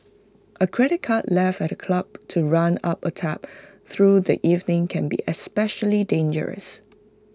A credit card left at the club to run up A tab through the evening can be especially dangerous